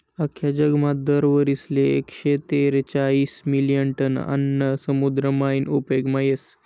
आख्खा जगमा दर वरीसले एकशे तेरेचायीस मिलियन टन आन्न समुद्र मायीन उपेगमा येस